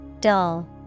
Dull